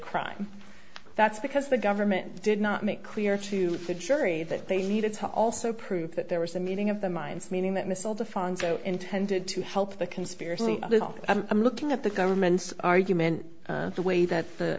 crime that's because the government did not make clear to the jury that they needed to also prove that there was a meeting of the minds meaning that missile defense so intended to help the conspiracy i'm looking at the government's argument the way that the